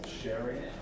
sharing